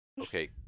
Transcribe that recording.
Okay